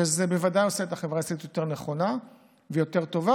וזה בוודאי עושה את החברה קצת יותר נכונה ויותר טובה.